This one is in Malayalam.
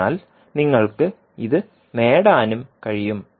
അതിനാൽ നിങ്ങൾക്ക് ഇത് നേടാനും കഴിയും